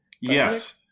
yes